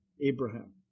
Abraham